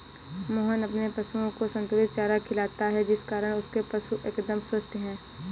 मोहन अपने पशुओं को संतुलित चारा खिलाता है जिस कारण उसके पशु एकदम स्वस्थ हैं